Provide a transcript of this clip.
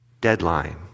Deadline